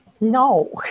no